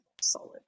solid